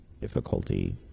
Difficulty